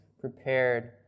prepared